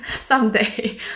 someday